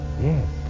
Yes